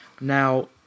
Now